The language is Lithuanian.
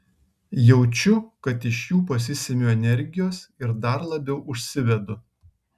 jaučiu kad iš jų pasisemiu energijos ir dar labiau užsivedu